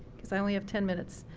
because i only have ten minutes.